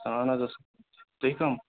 اَہَن حظ تُہۍ کَم